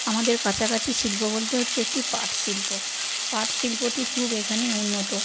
আমাদের কাছাকাছি শিল্প বলতে হচ্ছে একটি পাট শিল্প পাট শিল্পটি খুব এখানে উন্নত